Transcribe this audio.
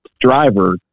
driver